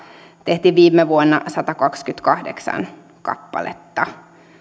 tehtiin viime vuonna satakaksikymmentäkahdeksan kappaletta